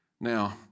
Now